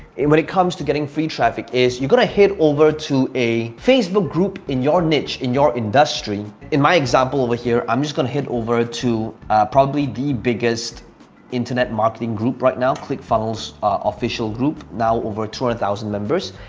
and when it comes to getting free traffic is you gonna head over to a facebook group in your niche in your industry. in my example over here, i'm just gonna head over to probably the biggest internet marketing group right now. funnels official group now over two hundred thousand members.